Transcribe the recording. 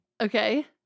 Okay